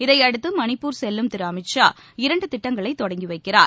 இதையடுத்து மணிப்பூர் செல்லும் திரு அமித் ஷா இரண்டு திட்டங்களை தொடங்கி வைக்கிறார்